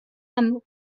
atm